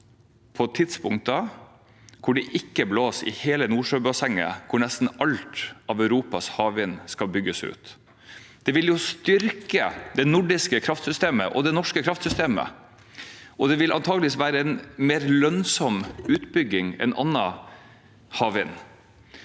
på tidspunkt hvor det ikke blåser i hele Nordsjøbassenget, hvor nesten alt av Europas havvind skal bygges ut. Det ville styrket det nordiske kraftsystemet og det norske kraftsystemet, og det ville antakeligvis være en mer lønnsom utbygging enn annen havvind.